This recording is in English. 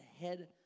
head